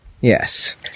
yes